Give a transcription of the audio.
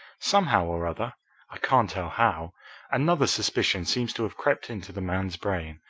somehow or other i can't tell how another suspicion seems to have crept into the man's brain.